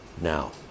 now